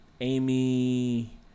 Amy